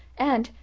and,